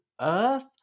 Earth